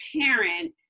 parent